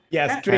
Yes